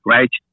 Right